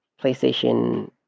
PlayStation